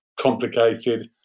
complicated